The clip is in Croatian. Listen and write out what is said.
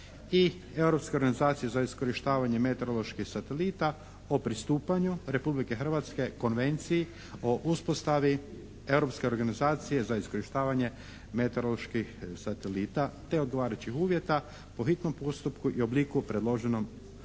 i Europske organizacije za iskorištavanje meteoroloških satelita o pristupanju Republike Hrvatske Konvenciji o uspostavi Europske organizacije za iskorištavanje meteoroloških satelita te odgovarajućih uvjeta po hitnom postupku i obliku predloženom od